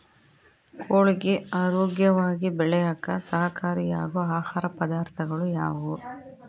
ಕೋಳಿಗೆ ಆರೋಗ್ಯವಾಗಿ ಬೆಳೆಯಾಕ ಸಹಕಾರಿಯಾಗೋ ಆಹಾರ ಪದಾರ್ಥಗಳು ಯಾವುವು?